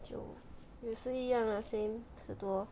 就也是一样 lah same 十多